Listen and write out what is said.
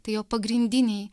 tai jo pagrindiniai